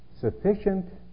sufficient